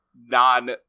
non